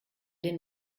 den